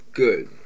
good